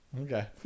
Okay